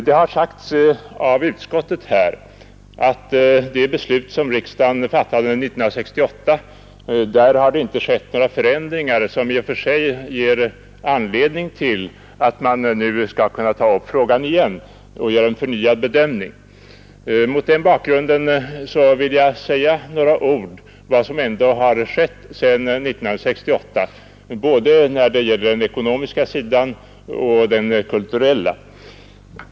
Det har sagts här att sedan riksdagen fattade sitt beslut 1968 har det inte skett några sådana förändringar som i och för sig ger anledning till att ta upp denna fråga igen och göra en förnyad bedömning. Mot den bakgrunden vill jag något beröra vad som ändå har skett sedan 1968, när det gäller både den ekonomiska och den kulturella sidan.